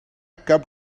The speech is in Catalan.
cap